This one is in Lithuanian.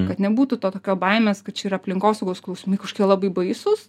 kad nebūtų to tokio baimės kad čia yra aplinkosaugos skausmai kažkokie labai baisūs